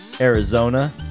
Arizona